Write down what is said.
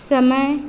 समय